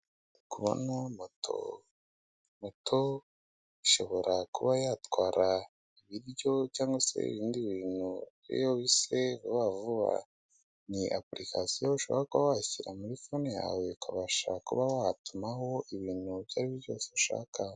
Kubona moto, moto ishobora kuba yatwara ibiryo cyangwa se ibindi bintu byose vuba vuba ni apulikasiyo ushaka kuba washyira muri phone yawe ukabasha kuba watumaho ibintu ibyo ari byo byose ushaka.